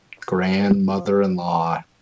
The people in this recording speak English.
grandmother-in-law